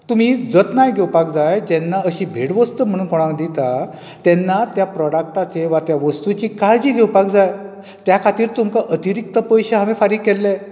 तुमी जतनाय घेवपाक जाय जेन्ना अशी भेटवस्तू म्हणून कोणाक दिता तेन्ना त्या प्रोडक्टाची वा त्या वस्तूची काळजी घेवपाक जाय त्या खतीर तुमका अतिरिक्त पयशें हांवें फारिक केल्लें